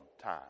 time